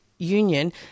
Union